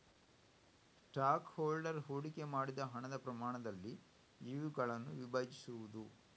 stock holder ಹೂಡಿಕೆ ಮಾಡಿದ ಹಣದ ಪ್ರಮಾಣದಲ್ಲಿ ಇವುಗಳನ್ನು ವಿಭಜಿಸುವುದು